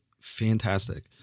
fantastic